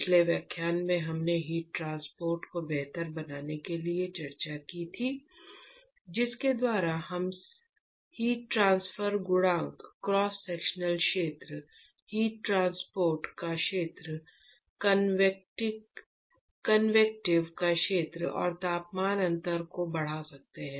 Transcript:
पिछले व्याख्यान में हमने हीट ट्रांसपोर्ट को बेहतर बनाने के लिए चर्चा की थी जिसके द्वारा हम हीट ट्रांसफर गुणांक क्रॉस सेक्शनल क्षेत्र हीट ट्रांसपोर्ट का क्षेत्र कन्वेक्टीव का क्षेत्र और तापमान अंतर को बढ़ा सकते हैं